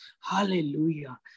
hallelujah